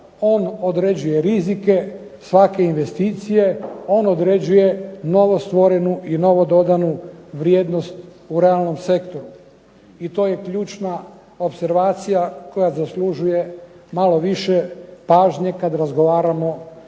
on određuje rizike svake investicije, on određuje novo stvorenu i novo dodanu vrijednost u realnom sektoru i to je ključna opservacija koja zaslužuje malo više pažnje kada razgovaramo